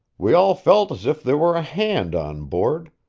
we all felt as if there were a hand on board,